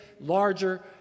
larger